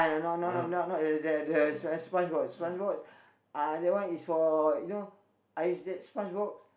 not not not not the the right SpongeBob SpongeBob uh that one is for you know I use that SpongeBob